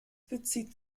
bezieht